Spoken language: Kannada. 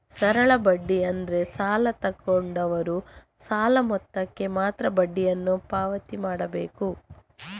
ಸರಳ ಬಡ್ಡಿ ಅಂದ್ರೆ ಸಾಲ ತಗೊಂಡವ್ರು ಅಸಲು ಮೊತ್ತಕ್ಕೆ ಮಾತ್ರ ಬಡ್ಡಿಯನ್ನು ಪಾವತಿ ಮಾಡ್ಬೇಕು